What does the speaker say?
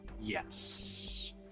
Yes